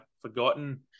forgotten